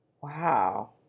Wow